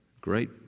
great